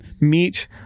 meet